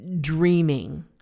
dreaming